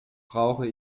brauche